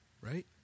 Right